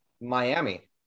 Miami